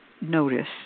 notice